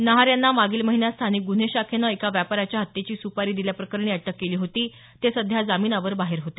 नहार यांना मागील महिन्यात स्थानिक गुन्हे शाखेनं एका व्यापाऱ्याच्या हत्येची सुपारी दिल्याप्रकरणी अटक केली होती ते सध्या जामिनावर बाहेर होते